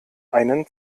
einen